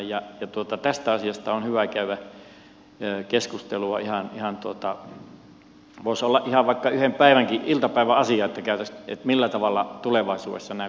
tästä asiasta on hyvä käydä keskustelua voisi olla ihan vaikka yhden iltapäivänkin asia millä tavalla tulevaisuudessa nämä koulutuspolut järjestetään